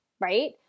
right